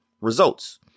results